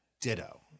ditto